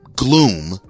Gloom